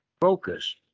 focus